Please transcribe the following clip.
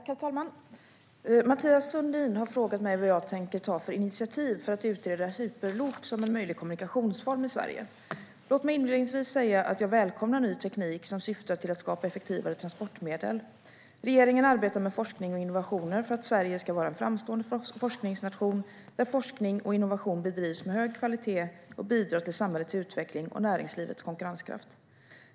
Herr talman! Mathias Sundin har frågat mig vad jag tänker ta för initiativ för att utreda hyperloop som en möjlig kommunikationsform i Sverige. Låt mig inledningsvis säga att jag välkomnar ny teknik som syftar till att skapa effektivare transportmedel. Regeringen arbetar med forskning och innovationer för att Sverige ska vara en framstående forskningsnation, där forskning och innovation bedrivs med hög kvalitet och bidrar till samhällets utveckling och näringslivets konkurrenskraft.